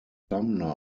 sumner